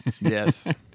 Yes